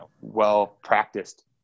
well-practiced